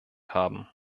haben